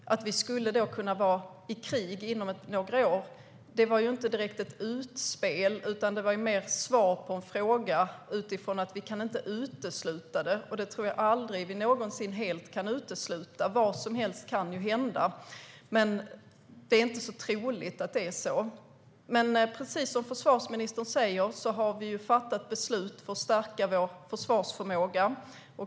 Att vi skulle kunna vara i krig inom några år var inte direkt ett utspel utan mer ett svar på en fråga som handlade om att vi inte kan utesluta det. Jag tror att vi aldrig någonsin helt kan utesluta det. Vad som helst kan ju hända, men det är inte så troligt att det blir så. Precis som försvarsministern säger har vi fattat beslut för att stärka vår försvarsförmåga.